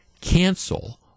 cancel